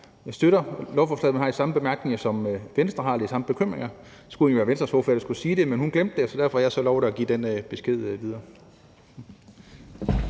de støtter lovforslaget, men har de samme bemærkninger og bekymringer, som Venstre har. Nu skulle det være Venstres ordfører, der skulle sige det, men hun glemte det, så derfor har jeg lovet at give den her besked videre.